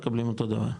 מקבלים אותו דבר.